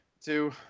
two